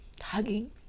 hugging